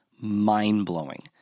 mind-blowing